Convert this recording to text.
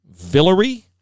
Villery